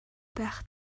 байх